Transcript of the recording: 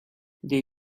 they